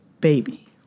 Baby